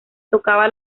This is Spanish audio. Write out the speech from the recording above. tocaba